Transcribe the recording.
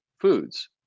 foods